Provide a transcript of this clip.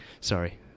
Sorry